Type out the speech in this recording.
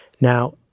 Now